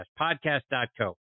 Podcast.co